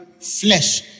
flesh